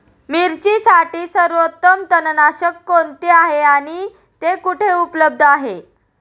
मिरचीसाठी सर्वोत्तम तणनाशक कोणते आहे आणि ते कुठे उपलब्ध आहे?